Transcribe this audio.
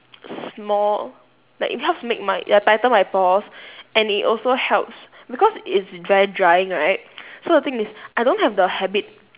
small like it helps to make ya tighten my pores and it also helps because it's very drying right so the thing is I don't have the habit